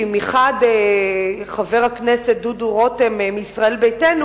כי חבר הכנסת דודו רותם מישראל ביתנו